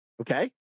Okay